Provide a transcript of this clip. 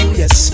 yes